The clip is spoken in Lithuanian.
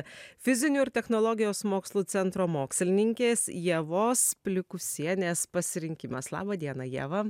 fizinių ir technologijos mokslų centro mokslininkės ievos plikusienės pasirinkimas laba diena ieva